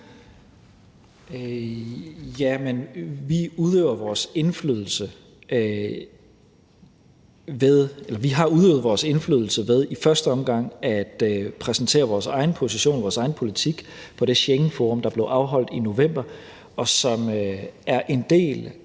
Vi har udøvet vores indflydelse ved i første omgang at præsentere vores egen position og vores egen politik på det Schengenforum, der blev afholdt i november, og som er en del